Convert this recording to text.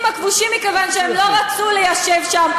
הכבושים מכיוון שהם לא רצו ליישב שם,